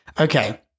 okay